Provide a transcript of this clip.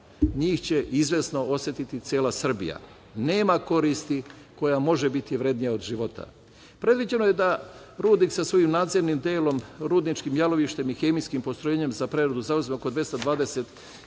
njih će izvesno osetiti cela Srbija. Nema koristi koja može biti vrednija od života. Predviđeno je da rudnik sa svojim nadzemnim delom rudničkim jalovištem i hemijskim postrojenjem za preradu zauzme oko 220 hektara